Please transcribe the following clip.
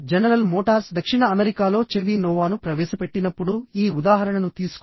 general Motors దక్షిణ అమెరికాలో Chevy నోవాను ప్రవేశపెట్టినప్పుడు ఈ ఉదాహరణను తీసుకోండి